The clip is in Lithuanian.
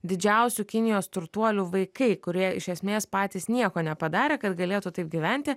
didžiausių kinijos turtuolių vaikai kurie iš esmės patys nieko nepadarė kad galėtų taip gyventi